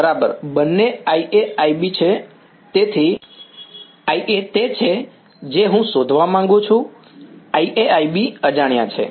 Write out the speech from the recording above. બંને IA IB બરાબર છે તેથી IA તે છે જે હું શોધવા માંગુ છું IA IB અજાણ્યા છે